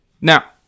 Now